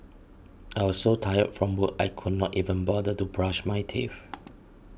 I was so tired from work I could not even bother to brush my teeth